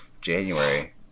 january